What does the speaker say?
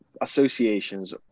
associations